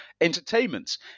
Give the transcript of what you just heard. entertainments